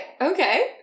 okay